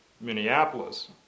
Minneapolis